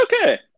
Okay